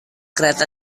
kereta